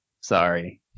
Sorry